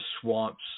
swamp's